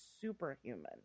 superhuman